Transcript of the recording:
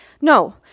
No